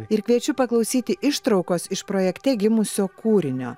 ir kviečiu paklausyti ištraukos iš projekte gimusio kūrinio